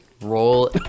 roll